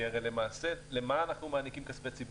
כי הרי למה למעשה אנחנו מעניקים כספי ציבור?